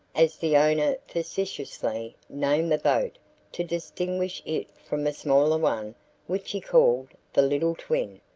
as the owner facetiously named the boat to distinguish it from a smaller one which he called the little twin,